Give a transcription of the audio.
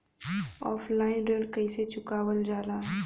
Offline ऋण कइसे चुकवाल जाला?